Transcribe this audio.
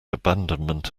abandonment